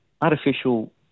artificial